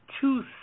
two